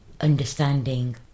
understanding